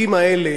החוקים האלה